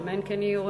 אמן, כן יהי רצון.